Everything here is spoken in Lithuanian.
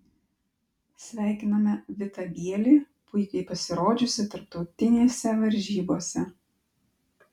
sveikiname vitą bielį puikiai pasirodžiusį tarptautinėse varžybose